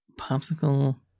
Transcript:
popsicle